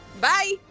Bye